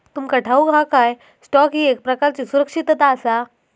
तुमका ठाऊक हा काय, स्टॉक ही एक प्रकारची सुरक्षितता आसा?